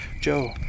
Joe